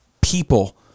people